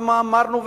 ומה אמרנו,